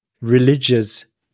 religious